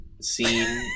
scene